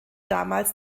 damals